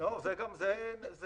סעיף 87 זה המועדים